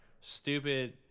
stupid